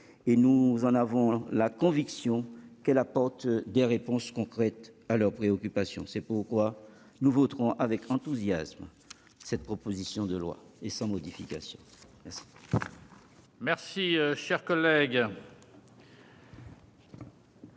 Ils ont la conviction qu'elle apporte des réponses concrètes à leurs préoccupations. C'est pourquoi nous voterons avec enthousiasme cette proposition de loi. Madame